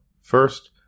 first